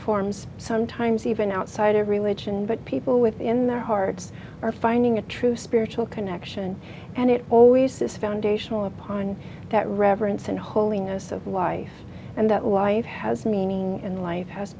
forms sometimes even outside of religion but people within their hearts are finding a true spiritual connection and it always says foundational upon that reverence and holiness of life and that why it has meaning and life has